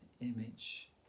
image